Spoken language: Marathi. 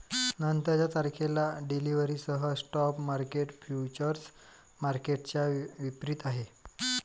नंतरच्या तारखेला डिलिव्हरीसह स्पॉट मार्केट फ्युचर्स मार्केटच्या विपरीत आहे